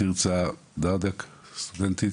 תרצה דרדיק, סטודנטית.